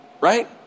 Right